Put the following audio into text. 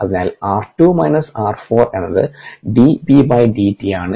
അതിനാൽ r2 minus r4 എന്നത് dBdt ആണ്